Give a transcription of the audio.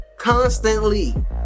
constantly